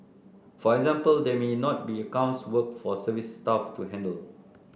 for example there may not be accounts work for service staff to handle